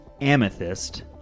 amethyst